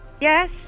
Yes